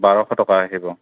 বাৰশ টকা আহিব